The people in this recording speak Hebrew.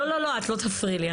לא, לא, לא, את לא תפריעי לי.